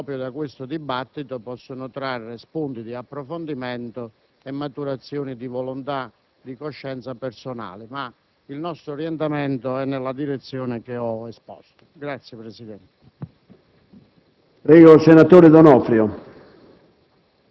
le volontà dei singoli colleghi che proprio da questo dibattito possono trarre spunti di approfondimento e maturazioni di volontà di coscienza personale. Il nostro orientamento comunque va nella direzione che ho esposto.